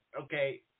okay